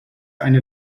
eine